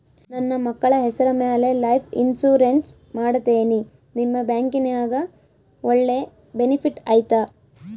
ನನ್ನ ಮಕ್ಕಳ ಹೆಸರ ಮ್ಯಾಲೆ ಲೈಫ್ ಇನ್ಸೂರೆನ್ಸ್ ಮಾಡತೇನಿ ನಿಮ್ಮ ಬ್ಯಾಂಕಿನ್ಯಾಗ ಒಳ್ಳೆ ಬೆನಿಫಿಟ್ ಐತಾ?